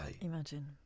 Imagine